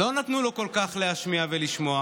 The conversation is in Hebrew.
לא נתנו לו כל כך להשמיע ולשמוע,